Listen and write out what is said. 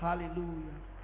Hallelujah